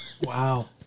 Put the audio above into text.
Wow